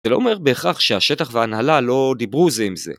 זה לא אומר בהכרח שהשטח והנהלה לא דיברו זה עם זה.